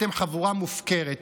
אתם חבורה מופקרת,